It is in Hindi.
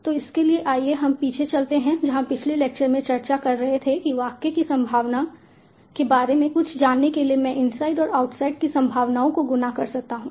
तो इसके लिए आइए हम पीछे चलते हैं जहां पिछले लेक्चर में चर्चा कर रहे थे कि वाक्य की संभावना के बारे में कुछ जानने के लिए मैं इनसाइड और आउटसाइड की संभावनाओं को गुणा कर सकता हूं